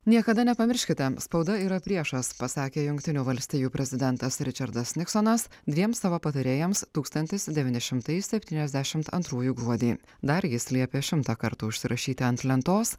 niekada nepamirškite spauda yra priešas pasakė jungtinių valstijų prezidentas ričardas niksonas dviem savo patarėjams tūkstantis devyni šimtai septyniasdešimt antrųjų gruodį dar jis liepė šimtą kartų užsirašyti ant lentos